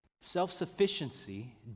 Self-sufficiency